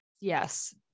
Yes